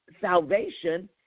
salvation